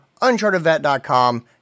unchartedvet.com